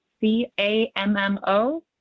C-A-M-M-O